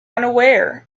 unaware